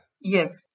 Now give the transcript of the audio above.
Yes